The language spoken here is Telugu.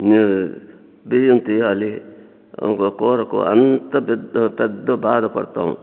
బియ్యం తీయాలి కూరకు అంత పెద్ద పెద్ద బాధపడతాం